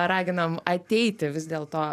raginam ateiti vis dėlto